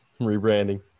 Rebranding